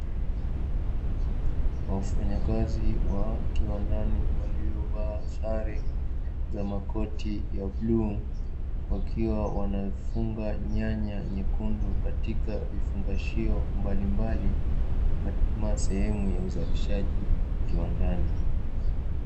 Wafanyakazi wa kiwandani waliovaa sare za makoti ya bluu, wakiwa wanafunga nyaya nyekundu katika vifungashio mbalimbali kama sehemu ya uzalishaji kiwandani.